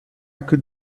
could